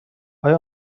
آیا